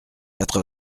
quatre